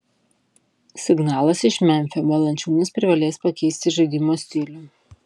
signalas iš memfio valančiūnas privalės pakeisti žaidimo stilių